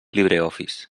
libreoffice